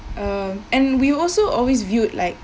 um and we also always viewed like